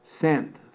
sent